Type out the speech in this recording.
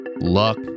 luck